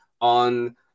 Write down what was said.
on